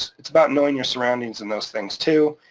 it's about knowing your surroundings and those things too.